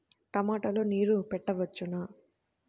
టమాట లో నీరు పెట్టవచ్చునా?